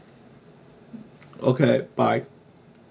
okay bye